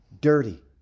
Dirty